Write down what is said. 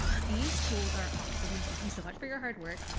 these tools are awesome, and thank you so much for your hard work.